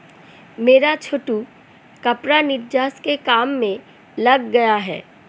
मेरा छोटू कपड़ा निर्यात के काम में लग गया है